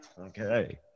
okay